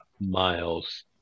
Miles